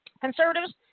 Conservatives